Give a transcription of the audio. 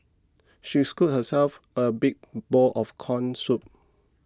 she scooped herself a big bowl of Corn Soup